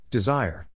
Desire